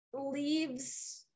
leaves